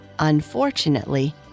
Unfortunately